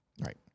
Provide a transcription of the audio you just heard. right